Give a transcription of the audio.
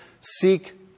Seek